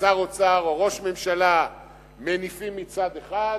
ששר אוצר או ראש ממשלה מניפים מצד אחד,